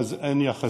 אז אין יחסים.